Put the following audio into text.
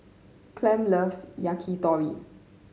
Clem loves Yakitori